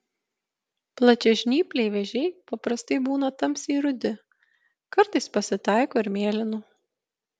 plačiažnypliai vėžiai paprastai būna tamsiai rudi kartais pasitaiko ir mėlynų